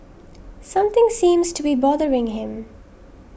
something seems to be bothering him